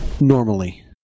normally